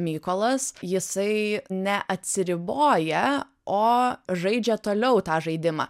mykolas jisai neatsiriboja o žaidžia toliau tą žaidimą